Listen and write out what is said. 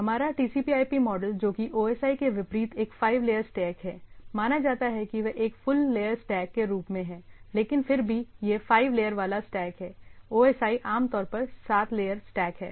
हमारा TCPIP model जोकि OSI के विपरीत एक फाइव लेयर स्टैक है माना जाता है कि वे एक फुल लेयर स्टैक के रूप में है लेकिन फिर भी यह फाइव लेयर वाला स्टैक है OSI आमतौर पर सात लेयर स्टैक है